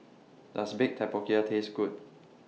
Does Baked Tapioca Taste Good